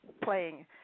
playing